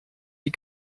die